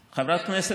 גם?